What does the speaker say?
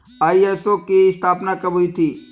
ISO की स्थापना कब हुई थी?